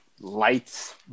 lights